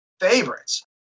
favorites